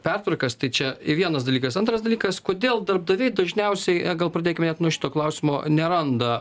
pertvarkas tai čia vienas dalykas antras dalykas kodėl darbdaviai dažniausiai gal pradėkim net nuo šito klausimo neranda